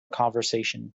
conversation